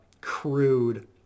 crude